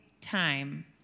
time